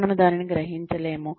మనము దానిని గ్రహించలేము